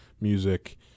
music